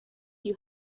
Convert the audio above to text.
you